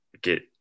get